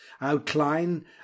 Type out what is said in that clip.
Outline